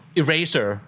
eraser